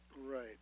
Right